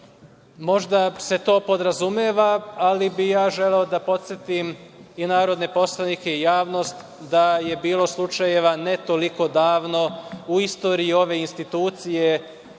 Možda se to podrazumeva, ali bih ja želeo da podsetim i narodne poslanike i javnost da je bilo slučajeva ne toliko davno u istoriji ove institucije